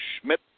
Schmidt